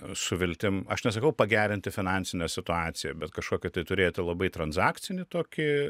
su viltim aš nesakau pagerinti finansinę situaciją bet kažkokį tai turėti labai transakcinį tokį